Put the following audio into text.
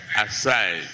aside